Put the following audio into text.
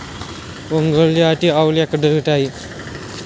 ఒంగోలు జాతి ఆవులు ఎక్కడ దొరుకుతాయి?